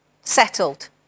settled